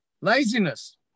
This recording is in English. Laziness